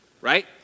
right